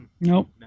Nope